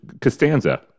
Costanza